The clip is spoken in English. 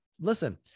Listen